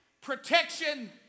protection